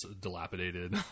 dilapidated